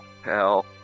hell